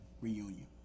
reunion